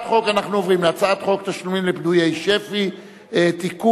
אנחנו עוברים להצעת חוק תשלומים לפדויי שבי (תיקון,